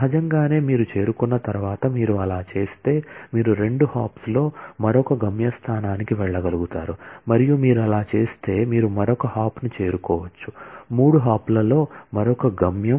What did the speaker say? సహజంగానే మీరు చేరుకున్న తర్వాత మీరు అలా చేస్తే మీరు రెండు హాప్స్లో మరొక గమ్యస్థానానికి వెళ్ళగలుగుతారు మరియు మీరు అలా చేస్తే మీరు మరొక హాప్ను చేరుకోవచ్చు మూడు హాప్లలో మరొక గమ్యం